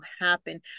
happen